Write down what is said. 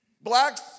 blacks